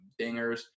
dingers